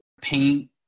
paint